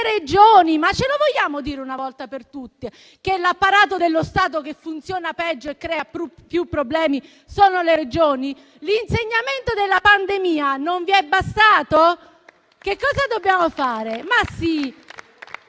Regioni: ce lo vogliamo dire una volta per tutte che l'apparato dello Stato che funziona peggio e crea più problemi sono le Regioni? L'insegnamento della pandemia non vi è bastato? Che cosa dobbiamo fare? Ma sì,